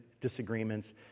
disagreements